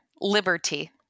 liberty